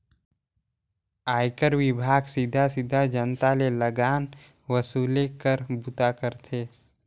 आयकर विभाग सीधा सीधा जनता ले लगान वसूले कर बूता करथे